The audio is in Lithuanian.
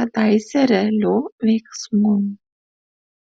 kadaise realių veiksmų